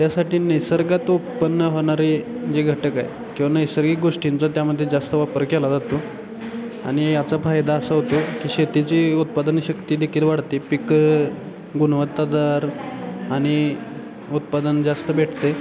त्यासाठी निसर्गात उत्पन्न होणारे जे घटक आहेत किंवा नैसर्गिक गोष्टींचा त्यामध्ये जास्त वापर केला जातो आणि याचा फायदा असा होतो की शेतीची उत्पादनशक्ती देखील वाढते पिकं गुणवत्तादार आणि उत्पादन जास्त भेटत आहे